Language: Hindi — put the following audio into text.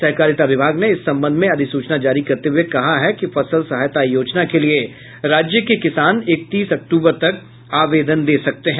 सहकारिता विभाग ने इस संबंध में अधिसूचना जारी करते हुए कहा है कि फसल सहायता योजना के लिए राज्य के किसान इकतीस अक्टूबर तक आवेदन दे सकते हैं